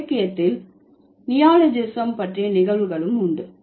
இலக்கியத்தில் நியோலஜிசம் பற்றிய நிகழ்வுகளும் உண்டு